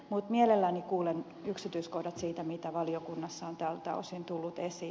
mutta mielelläni kuulen yksityiskohdat siitä mitä valiokunnassa on tältä osin tullut esiin